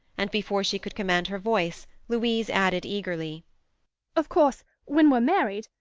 and before she could command her voice louise added eagerly of course, when we're married,